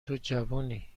جوونی